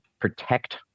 protect